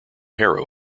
harrow